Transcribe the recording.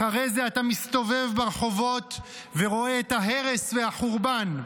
אחרי זה אתה מסתובב ברחובות ורואה את ההרס והחורבן,